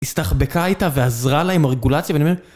הסתחבקה איתה ועזרה לה עם הרגולציה ואני אומר ...